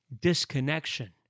disconnection